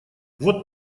вот